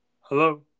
Hello